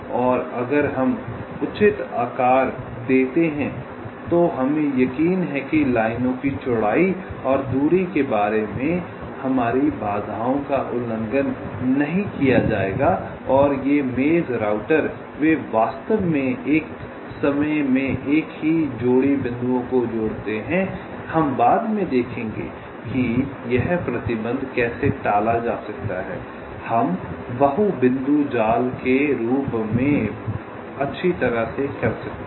और अगर हम उचित आकार देते हैं तो हमें यकीन है कि लाइनों की चौड़ाई और दूरी के बारे में हमारी बाधाओं का उल्लंघन नहीं किया जाएगा और ये मेज़ राउटर वे वास्तव में एक समय में एक ही जोड़ी बिंदुओं को जोड़ते हैं हम बाद में देखेंगे कि यह प्रतिबंध कैसे टाला जा सकता है हम बहु बिंदु जाल के रूप में अच्छी तरह से कर सकते हैं